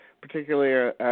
particularly